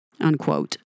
Unquote